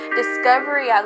discovery